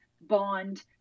bond